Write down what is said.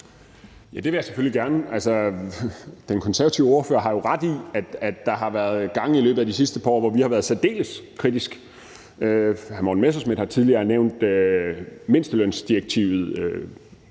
Ja, det vil jeg selvfølgelig gerne. Den konservative ordfører har jo ret i, at der har været gange i løbet af de sidste par år, hvor vi har været særdeles kritiske. Hr. Morten Messerschmidt har tidligere nævnt mindstelønsdirektivet,